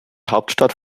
hauptstadt